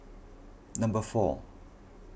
number four